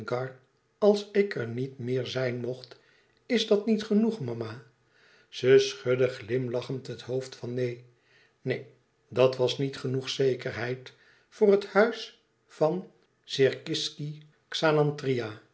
als ik er niet meer zijn mocht is dat niet genoeg mama ze schudde glimlachend het hoofd van neen neen dat was niet genoeg zekerheid voor het huis van